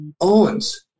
Owens